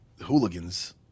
hooligans